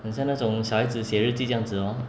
很像那种小孩子写日记这样子 lor